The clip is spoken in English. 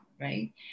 right